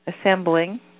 assembling